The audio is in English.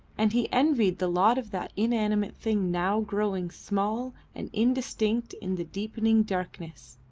and he envied the lot of that inanimate thing now growing small and indistinct in the deepening darkness.